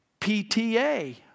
PTA